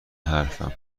حرفم